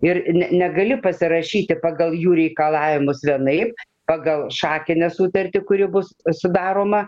ir ne negali pasirašyti pagal jų reikalavimus vienaip pagal šakinę sutartį kuri bus sudaroma